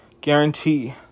guarantee